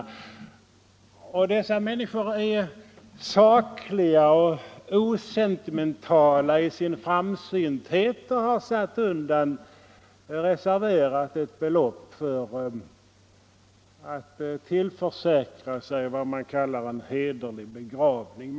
De människor det här gäller och som omfattas av vår motion är sakliga och osentimentala i sin framsynthet, därför har de satt undan ett belopp för att tillförsäkra sig en s.k. hederlig begravning.